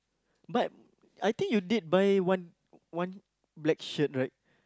but I think you did buy one one black shirt right